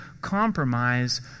compromise